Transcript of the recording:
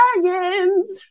dragons